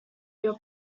your